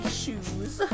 shoes